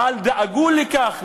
אבל דאגו לכך,